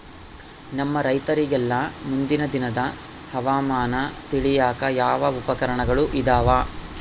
ನಮ್ಮ ರೈತರಿಗೆಲ್ಲಾ ಮುಂದಿನ ದಿನದ ಹವಾಮಾನ ತಿಳಿಯಾಕ ಯಾವ ಉಪಕರಣಗಳು ಇದಾವ?